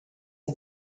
the